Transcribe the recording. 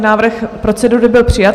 Návrh procedury byl přijat.